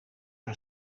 een